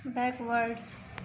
backward